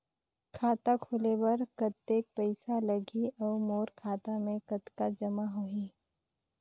खाता खोले बर कतेक पइसा लगही? अउ मोर खाता मे कतका जमा होही?